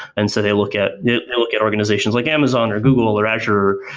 and so they look at you know look at organizations like amazon or google or azure,